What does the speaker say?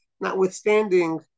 Notwithstanding